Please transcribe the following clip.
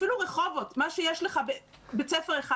אפילו רחובות מה שיש לך בבית ספר אחד,